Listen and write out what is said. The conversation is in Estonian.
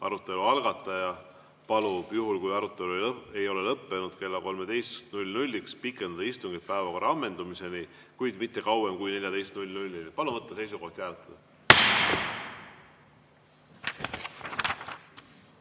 Arutelu algataja palub juhul, kui arutelu ei ole lõppenud kella 13‑ks, pikendada istungit päevakorra ammendumiseni, kuid mitte kauem kui kella 14-ni. Palun võtta seisukoht ja hääletada!